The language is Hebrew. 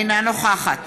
אינה נוכחת